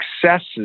successes